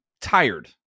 tired